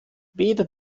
weder